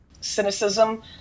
cynicism